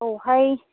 औहाय